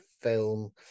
film